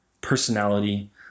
personality